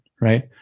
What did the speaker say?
right